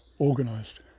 organised